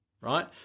right